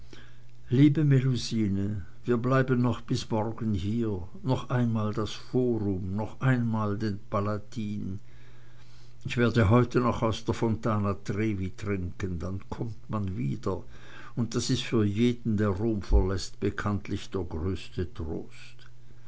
liebe melusine wir bleiben noch bis morgen hier noch einmal das forum noch einmal den palatin ich werde heute noch aus der fontana trevi trinken dann kommt man wieder und das ist für jeden der rom verläßt bekanntlich der größte trost